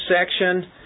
section